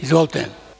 Izvolite.